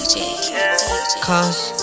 Cause